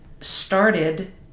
started